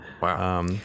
Wow